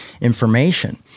information